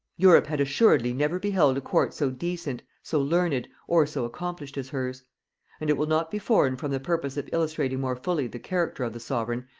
europe had assuredly never beheld a court so decent, so learned, or so accomplished as hers and it will not be foreign from the purpose of illustrating more fully the character of the sovereign,